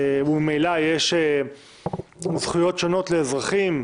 וממילא יש זכויות שונות לאזרחים,